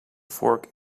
vork